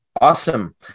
Awesome